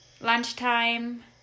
lunchtime